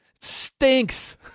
stinks